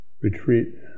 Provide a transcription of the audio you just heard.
retreat